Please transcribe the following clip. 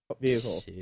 vehicle